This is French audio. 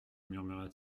murmura